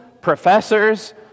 professors